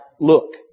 look